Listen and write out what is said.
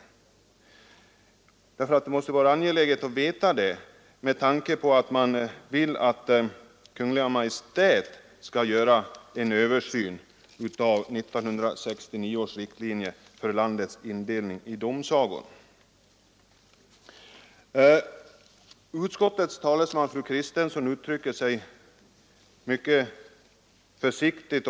Det är angeläget att veta detta med tanke på att man vill att Kungl. Maj:t skall göra en översyn enligt 1969 års riktlinjer för landets indelning i domsagor. Utskottets talesman fru Kristensson uttrycker sig mycket försiktigt.